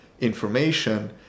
information